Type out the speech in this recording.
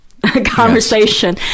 Conversation